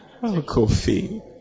coffee